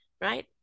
right